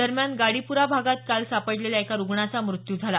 दरम्यान गाडीपुरा भागात काल सापडलेल्या एका रुग्णाचा मृत्यू झाला